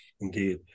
indeed